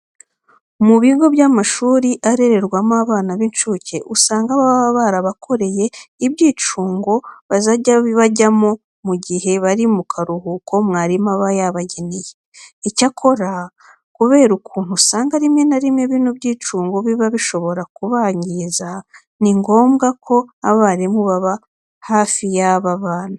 Mu bigo by'amashuri arererwamo abana b'incuke usanga baba barabakoreye ibyicungo bazajya bajyamo mu gihe bari mu karuhuko mwarimu aba yabageneye. Icyakora kubera ukuntu usanga rimwe na rimwe bino byicungo biba bishobora kubangiza, ni ngombwa ko abarimu baba hafi y'aba bana.